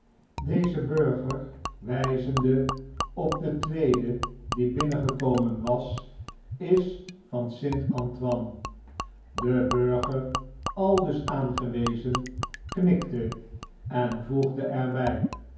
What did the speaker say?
deze burgers wyzende op den tweede die binnengekomen was is van st antoine de burger aldus aangewezen knikteenvoegde er